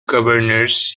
governors